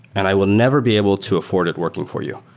and i will never be able to afford it working for you,